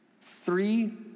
Three